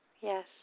yes